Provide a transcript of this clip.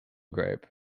grape